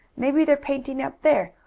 maybe they're painting up there,